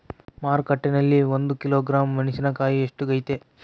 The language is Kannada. ಮಾರುಕಟ್ಟೆನಲ್ಲಿ ಒಂದು ಕಿಲೋಗ್ರಾಂ ಮೆಣಸಿನಕಾಯಿ ಬೆಲೆ ಎಷ್ಟಾಗೈತೆ?